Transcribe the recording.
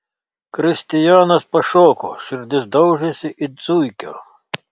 kristijanas pašoko širdis daužėsi it zuikio